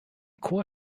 chor